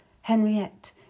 Henriette